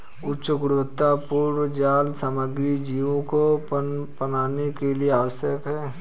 उच्च गुणवत्तापूर्ण जाल सामग्री जीवों के पनपने के लिए आवश्यक है